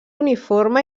uniforme